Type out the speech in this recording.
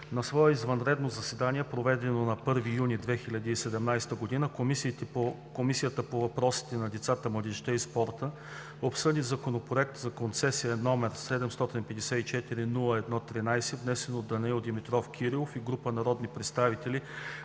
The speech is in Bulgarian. На свое извънредно заседание, проведено на 1 юни 2017 г. Комисията по въпросите на децата, младежта и спорта обсъди Законопрект за концесиите, № 754-01-13, внесен от Данаил Димитров Кирилов и група народни представители